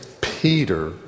Peter